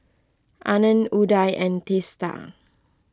Anand Udai and Teesta